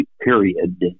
period